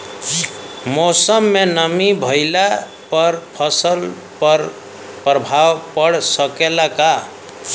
मौसम में नमी भइला पर फसल पर प्रभाव पड़ सकेला का?